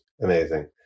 Amazing